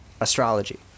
astrology